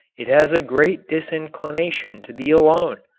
it has a great disinclination to be alone.